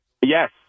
Yes